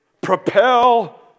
propel